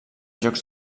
jocs